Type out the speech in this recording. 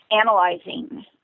analyzing